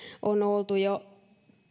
on oltu jo